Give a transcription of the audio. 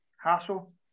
hassle